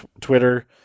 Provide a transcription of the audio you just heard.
Twitter